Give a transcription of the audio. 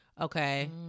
Okay